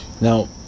Now